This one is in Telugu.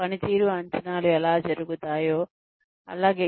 పనితీరు అంచనాలు ఎలా జరుగుతాయో మనము మాట్లాడాము